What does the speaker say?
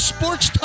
Sports